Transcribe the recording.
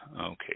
okay